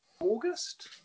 August